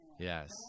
Yes